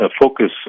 focus